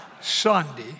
Sunday